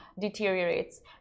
deteriorates